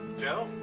joe?